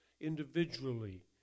individually